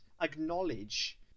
acknowledge